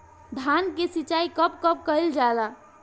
धान के सिचाई कब कब कएल जाला?